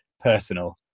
personal